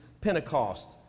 Pentecost